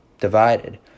divided